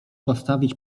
postawić